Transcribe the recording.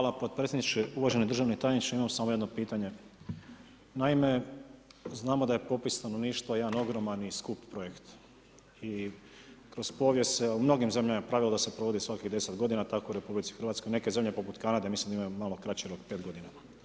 Hvala Potpredsjedniče, uvaženi Državni tajniče imam samo jedno pitanje, naime, znamo da je popis stanovništva jedan ogroman i skup projekt i kroz povijest se u mnogim zemljama je pravilo da se provodi svaki 10 godina tako i u Republic Hrvatskoj, neke zemlje poput Kanade mislim da imaju malo kraći rok 5 godina.